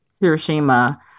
hiroshima